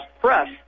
press